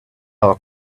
our